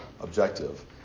objective